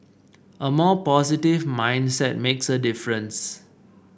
a more positive mindset makes a difference